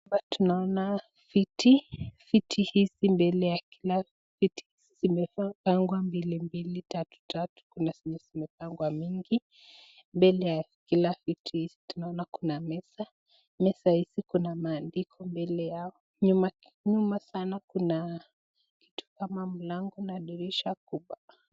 Hapa tunaona viti, viti hizi mbili, na kila viti zimepangwa mbilimbili, tatu tatu kuna zenye zimepangwa mingi mbele ya kila viti tunaona kuna meza, meza hizi kuna maandiko mbele yao, nyuma sana kuna kitu kama mlango na dirisha kubwa.